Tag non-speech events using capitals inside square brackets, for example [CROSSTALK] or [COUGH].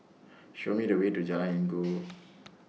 Show Me The Way to Jalan Inggu [NOISE]